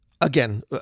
again